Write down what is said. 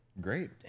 Great